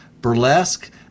burlesque